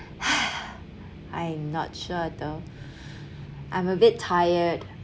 I not sure though I'm a bit tired